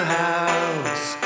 house